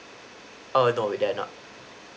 err no they are not